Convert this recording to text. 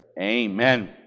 amen